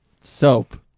Soap